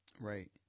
Right